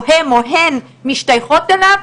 או הם או הן משתייכות אליו,